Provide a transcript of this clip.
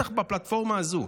בטח בפלטפורמה הזו,